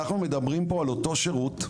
אנחנו מדברים פה על אותו שירות,